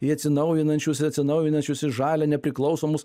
į atsinaujinančius atsinaujinančius į žalią nepriklausomus